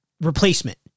replacement